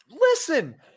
Listen